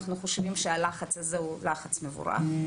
אנחנו חושבים שהלחץ הזה הוא לחץ מבורך.